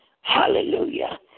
hallelujah